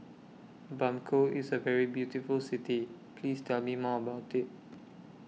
Bamako IS A very beautiful City Please Tell Me More about IT